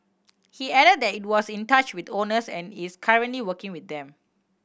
he added that it was in touch with owners and is currently working with them